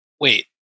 Wait